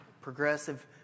progressive